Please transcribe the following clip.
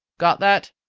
got that?